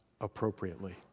appropriately